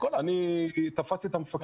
"אני תפסתי את המפקח,